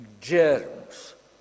germs